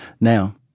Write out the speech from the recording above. Now